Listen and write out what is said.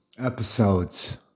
episodes